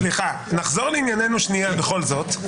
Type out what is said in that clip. סליחה, נחזור לעניינו בכל זאת.